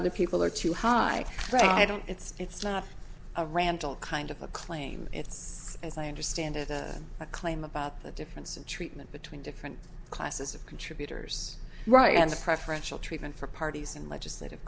other people are too high i don't it's not a randall kind of a claim it's as i understand it a claim about the difference in treatment between different classes of contributors right and the preferential treatment for parties and legislative